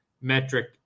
metric